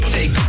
Take